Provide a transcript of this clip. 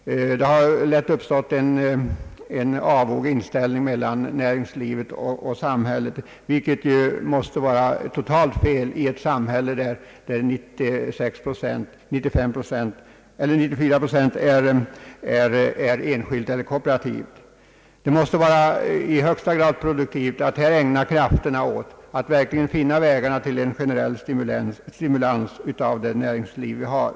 Det har lätt uppstått en avog inställning mellan näringslivet och samhället, vilket måste vara totalt fel i ett samhälle där 94 procent är enskilt eller kooperativt näringsliv. Det måste vara i högsta grad produktivt att här ägna krafterna åt att verkligen finna vägar till en generell stimulans av det näringsliv vi har.